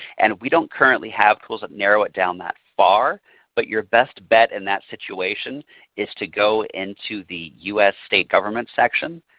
and we don't currently have tools that narrow it down that far but your best bet in that situation is to go into the us state government section.